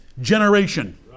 generation